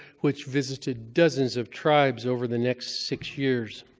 which visited dozens of tribes over the next six years.